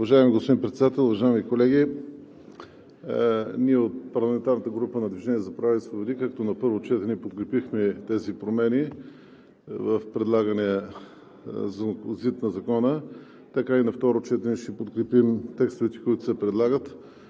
Уважаеми господин Председател, уважаеми колеги! Ние от парламентарната група на „Движението за права и свободи“, както на първо четене подкрепихме тези промени в предлагания ЗИД на Закона, така и на второ четене ще подкрепим текстовете, които се предлагат,